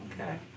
okay